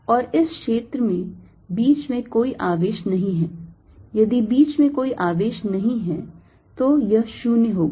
और इस क्षेत्र में बीच में कोई आवेश नहीं है यदि बीच में कोई आवेश नहीं है तो यह 0 होगा